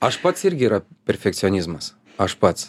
aš pats irgi yra perfekcionizmas aš pats